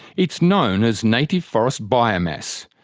it's known as native forest biomass,